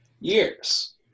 years